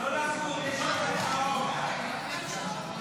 ההצעה להעביר את הצעת חוק זיכרון